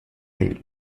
tail